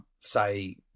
say